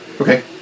Okay